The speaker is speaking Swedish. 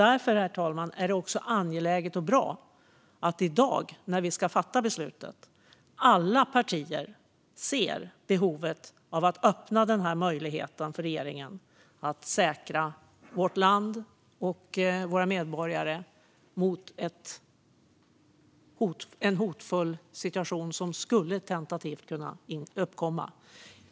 Därför är det angeläget och bra, herr talman, att alla partier i dag när vi ska fatta detta beslut ser behovet av att öppna möjligheten för regeringen att säkra vårt land och våra medborgare mot en hotfull situation som tentativt skulle kunna uppkomma.